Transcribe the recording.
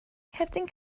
ngherdyn